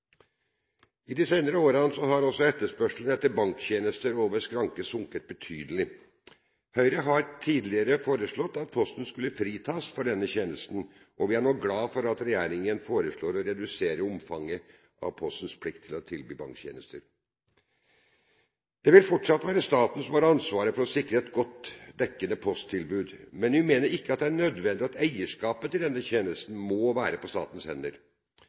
I de senere årene har også etterspørselen etter banktjenester over skranke sunket betydelig. Høyre har tidligere foreslått at Posten skulle fritas for denne tjenesten, og vi er nå glad for at regjeringen foreslår å redusere omfanget av Postens plikt til å tilby banktjenester. Det vil fortsatt være staten som har ansvaret for å sikre et godt dekkende posttilbud, men vi mener ikke det er nødvendig at eierskapet til denne tjenesten må være på statens hender.